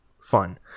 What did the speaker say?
fun